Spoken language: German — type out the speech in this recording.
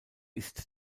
ist